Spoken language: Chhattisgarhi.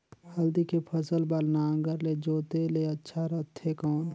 हल्दी के फसल बार नागर ले जोते ले अच्छा रथे कौन?